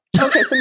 Okay